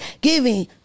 giving